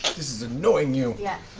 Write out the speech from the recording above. this is annoying you. yeah